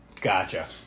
Gotcha